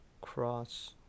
cross